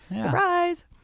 surprise